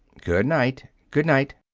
good night. good night.